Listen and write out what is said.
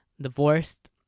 divorced